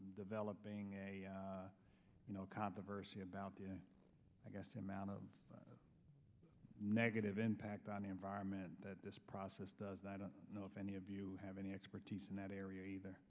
developing you know controversy about the i guess the amount of negative impact on the environment that this process does i don't know if any of you have any expertise in that area